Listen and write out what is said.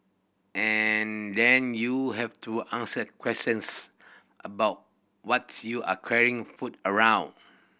and then you have to answer questions about what you are carrying food around